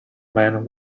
man